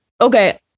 okay